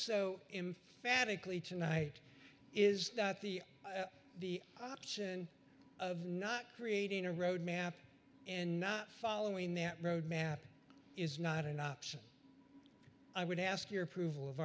emphatically tonight is that the the option of not creating a road map and not following that road map is not an option i would ask your approval of